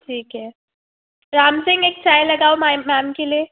ठीक है रामसिंह एक चाय लगाओ मेम के लिए